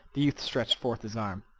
the youth stretched forth his arm.